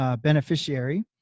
beneficiary